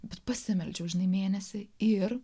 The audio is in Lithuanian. bet pasimeldžiau žinai mėnesį ir